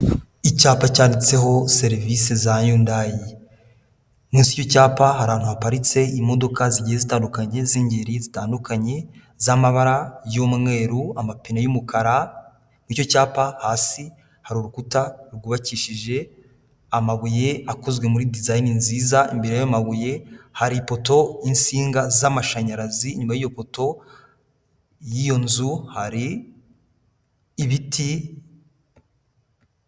Icyapa cyanditseho serivisi za Yundayi, munsi y'icyo cyapa hari ahantu haparitse imodoka zigiye zitandukanye z'ingeri zitandukanye z'amabara y'umweru, amapine y'umukara, icyo cyapa hasi hari urukuta rwubakishije amabuye akozwe muri dizayini nziza, imbere y'ayo mabuye hari poto y'insinga z'amashanyarazi, inyuma y'iyo poto y'iyo nzu hari ibiti.